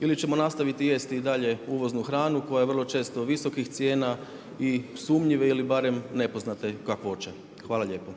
ili ćemo nastaviti jesti i dalje uvoznu hranu koja je vrlo često visokih cijena i sumnjive ili barem nepoznate kakvoće? Hvala lijepo.